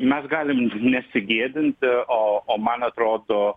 mes galim nesigėdinti o o man atrodo